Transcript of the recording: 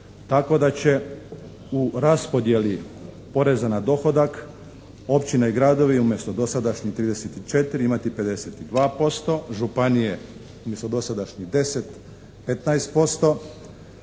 tako da će u raspodjeli poreza na dohodak općine i gradovi umjesto dosadašnjih 34 imati 52%. Županije umjesto dosadašnjih 10, 15%.